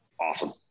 Awesome